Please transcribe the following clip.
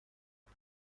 خوب